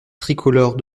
tricolores